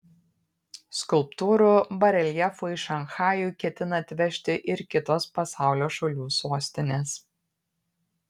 skulptūrų bareljefų į šanchajų ketina atvežti ir kitos pasaulio šalių sostinės